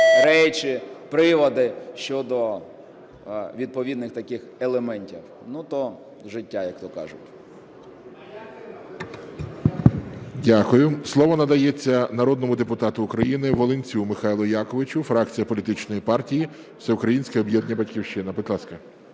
речі, приводи щодо відповідних таких елементів. Ну, то життя, як то кажуть. ГОЛОВУЮЧИЙ. Дякую. Слово надається народному депутату України Волинцю Михайлу Яковичу, фракція політичної партії Всеукраїнське об'єднання "Батьківщина". Будь ласка.